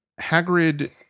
Hagrid